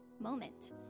moment